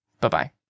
bye-bye